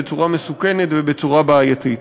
בצורה מסוכנת ובצורה בעייתית.